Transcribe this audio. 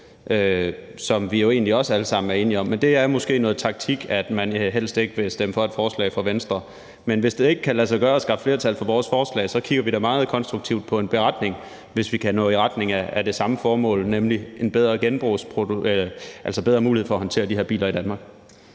for vi er jo egentlig alle sammen enige om det. Det er måske på grund af noget taktik, at man helst ikke vil stemme for et forslag fra Venstre. Men hvis det ikke kan lade sig gøre at skaffe flertal for vores forslag, kigger vi da meget konstruktivt på en beretning, hvis vi kan gå i retning af et fælles mål, nemlig bedre muligheder for at håndtere de her biler i Danmark.